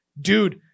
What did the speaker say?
dude